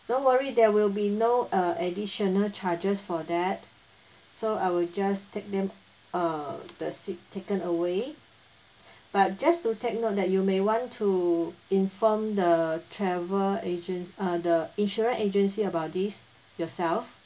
don't worry there will be no err additional charges for that so I will just take them err the seat taken away but just to take note that you may want to inform the travel agents err the insurance agency about this yourself